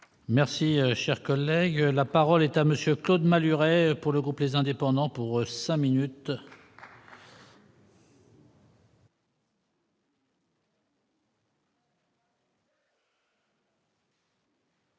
Merci, cher collègue, la parole est à monsieur Claude Malhuret pour le groupe, les indépendants pour 5 minutes.